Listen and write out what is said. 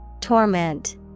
Torment